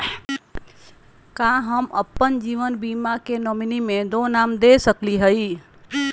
का हम अप्पन जीवन बीमा के नॉमिनी में दो नाम दे सकली हई?